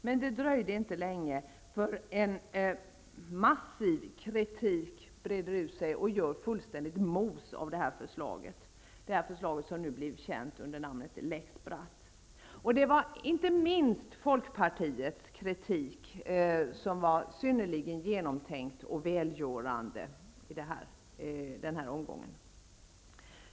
Men det dröjde inte länge förrän massiv kritik bredde ut sig och gjorde mos av detta förslag, som nu blivit känt som lex Bratt. Inte minst folkpartiets kritik var synnerligen genomtänkt och välgörande i den här omgången.